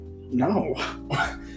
no